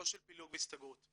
לא של פילוג והסתגרות.